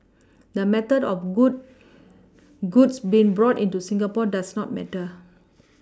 the method of good goods being brought into Singapore does not matter